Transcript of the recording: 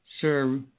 Sir